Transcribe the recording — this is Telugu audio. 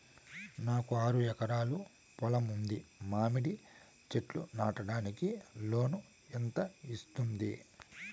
మాకు ఆరు ఎకరాలు పొలం ఉంది, మామిడి చెట్లు నాటడానికి లోను ఎంత వస్తుంది?